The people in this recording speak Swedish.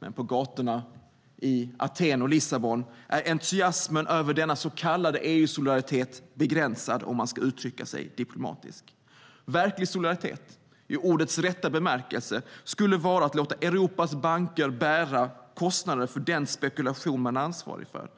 Men på gatorna i Aten och Lissabon är entusiasmen över denna så kallade EU-solidaritet begränsad, om jag ska uttrycka mig diplomatiskt. Verklig solidaritet, i ordets rätta bemärkelse, vore att låta Europas banker bära kostnaderna för den spekulation man är ansvarig för.